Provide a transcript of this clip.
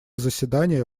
заседание